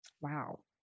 Wow